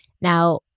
Now